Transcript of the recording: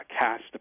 cast